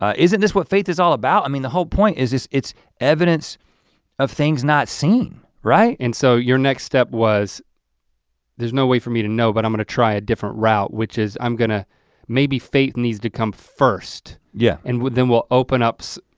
isn't this what faith is all about? i mean the whole point is this. it's evidence of things not seen, right? and so your next step was there's no way for me to know but i'm gonna try a different route which is i'm gonna maybe faith needs to come first. yeah and would then we'll open up,